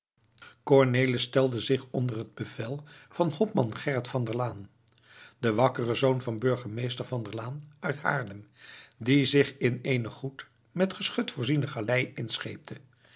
cornelis stelde zich onder het bevel van hopman gerrit van der laan den wakkeren zoon van burgemeester van der laan uit haarlem die zich in eene goed met geschut voorziene galei inscheepte